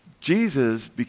Jesus